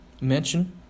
Mention